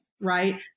right